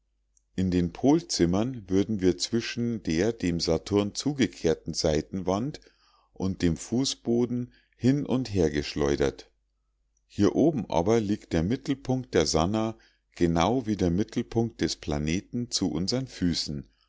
in den polzimmern würden wir zwischen der dem saturn zugekehrten seitenwand und dem fußboden hin und hergeschleudert hier oben aber liegt der mittelpunkt der sannah genau wie der mittelpunkt des planeten zu unsern füßen